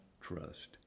trust